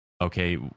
okay